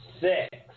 six